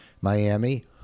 Miami